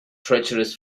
treacherous